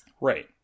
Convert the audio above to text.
Right